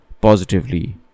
positively